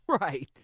Right